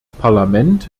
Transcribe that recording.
parlament